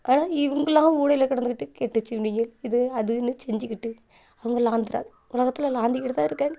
ஆனால் இவங்கள்லாம் மூலையில் கிடந்துக்கிட்டு கெட்ட சூனியன் இது அதுன்னு செஞ்சிக்கிட்டு அவங்க லாந்துகிறாங்க உலகத்துல லாந்திக்கிட்டு தான் இருக்காங்க